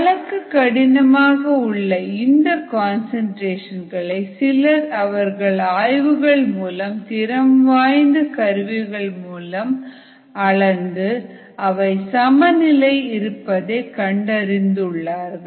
அளக்க கடினமான இந்த கன்சன்ட்ரேஷன் களை சிலர் அவர்கள் ஆய்வுகள் மூலமாக திறம் வாய்ந்த கருவிகள் மூலம் அளந்து அவை சமநிலை இருப்பதை கண்டறிந்துள்ளார்கள்